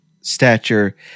stature